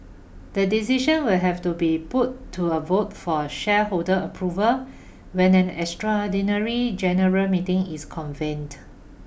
the decision will have to be put to a vote for a shareholder approval when an extraordinary general meeting is convened